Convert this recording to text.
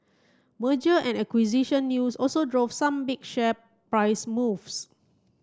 merger and acquisition news also drove some big share price moves